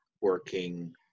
working